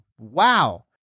wow